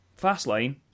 Fastlane